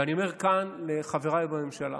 ואני אומר כאן לחבריי בממשלה: